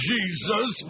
Jesus